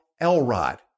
Elrod